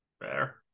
Fair